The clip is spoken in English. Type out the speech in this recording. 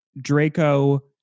Draco